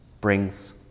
brings